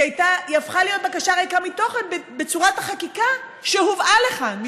היא הפכה להיות בקשה ריקה מתוכן בצורת החקיקה שהובאה לכאן,